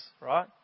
right